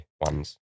ones